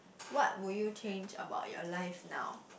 what would you change about your life now